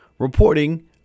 Reporting